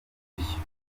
udushya